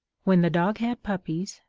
when the dog had puppies,